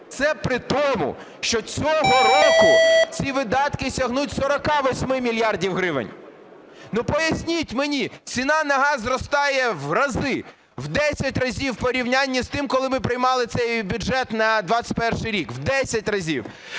Це при тому, що цього року ці видатки сягнуть 48 мільярдів гривень. Поясніть мені. Ціна на газ зростає в рази, в 10 разів у порівнянні з тим, коли ми приймали цей бюджет на 21-й рік, в 10 разів.